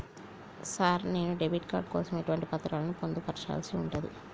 Sir నేను debit card కోసం ఎటువంటి పత్రాలను పొందుపర్చాల్సి ఉంటది?